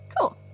Cool